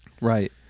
Right